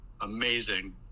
amazing